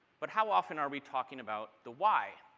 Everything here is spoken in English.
but how often are we talking about the why?